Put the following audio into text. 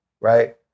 right